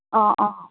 অঁ অঁ